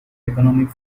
economic